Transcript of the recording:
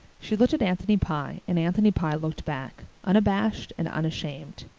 she looked at anthony pye, and anthony pye looked back unabashed and unashamed.